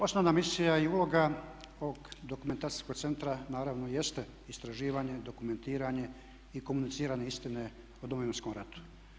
Osnovna misija i uloga ovog dokumentacijskog centra naravno jeste istraživanje, dokumentiranje i komuniciranje istine o Domovinskom ratu.